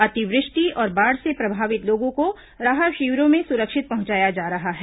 अतिवृष्टि और बाढ़ से प्रभावित लोगों को राहत शिविरों में सुरक्षित पहुंचाया जा रहा है